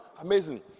amazing